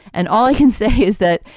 and all i can say is that,